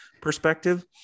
perspective